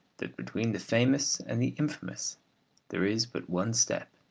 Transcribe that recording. that between the famous and the infamous there is but one step,